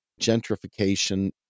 Gentrification